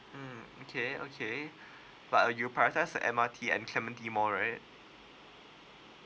mm okay okay but you priorities the M_R_T at clementi more right